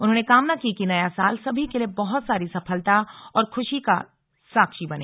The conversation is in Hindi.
उन्होंने कामना की कि नया साल सभी के लिए बहुत सारी सफलता और खुशी का साक्षी बने